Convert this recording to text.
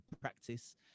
practice